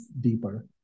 deeper